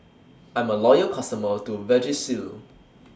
I'm A Loyal customer of Vagisil